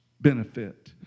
benefit